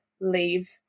leave